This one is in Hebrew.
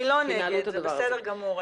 אני לא נגד, זה בסדר גמור.